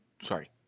sorry